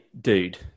dude